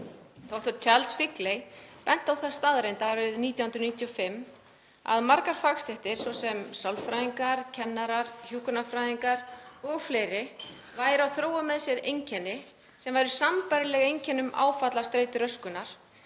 Dr. Charles Figley benti á þá staðreynd 1995 að margar fagstéttir, svo sem sálfræðingar, kennarar og hjúkrunarfræðingar og fleiri, þróuðu með sér einkenni sem væru sambærileg einkennum áfallastreituröskunar